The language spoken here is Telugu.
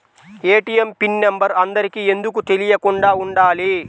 ఏ.టీ.ఎం పిన్ నెంబర్ అందరికి ఎందుకు తెలియకుండా ఉండాలి?